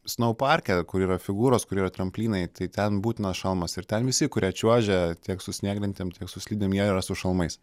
snou parke kur yra figūros kur yra tramplynai tai ten būtinas šalmas ir ten visi kurie čiuožia tiek su snieglentėm tiek su slidėm jie yra su šalmais